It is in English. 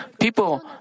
people